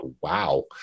wow